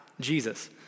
Jesus